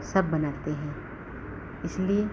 सब बनाते हैं इसलिए